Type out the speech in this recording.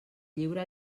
lliura